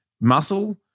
muscle